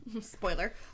Spoiler